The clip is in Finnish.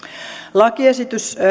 lakiesitys